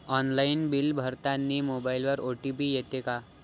Online bill भरतानी मोबाईलवर OTP येते का?